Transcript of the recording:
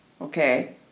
Okay